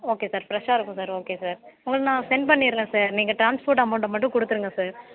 okay sir பிரெஷ்ஷாக இருக்கும் sir okay sir உங்களுக்கு நான் சென்ட் பண்ணிடுறேன் சார் நீங்கள் ட்ரான்ஸ்போர்ட் அமௌன்ட்டை மட்டும் கொடுத்துடுங்க சார்